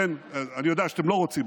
אני יודע שאתם לא רוצים,